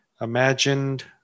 imagined